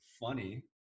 funny